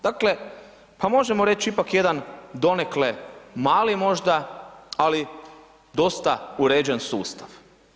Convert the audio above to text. Dakle, pa možemo reći ipak jedan donekle mali možda ali dosta uređen sustav.